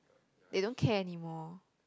they don't care anymore